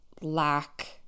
lack